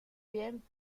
bien